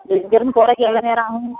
இங்கேயிருந்து போறதுக்கு எவ்வளோ நேரம் ஆகும்